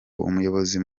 umuyobozi